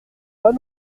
pas